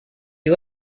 you